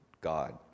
God